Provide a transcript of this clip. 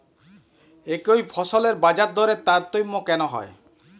একই ফসলের বাজারদরে তারতম্য কেন হয়?